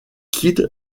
kid